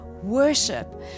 worship